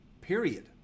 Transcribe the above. period